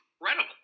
incredible